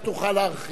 אדוני השר.